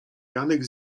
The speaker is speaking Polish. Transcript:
janek